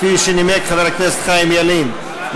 כפי שנימק חבר הכנסת חיים ילין,